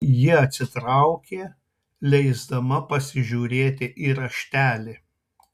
ji atsitraukė leisdama pasižiūrėti į raštelį